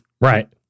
Right